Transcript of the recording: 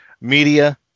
media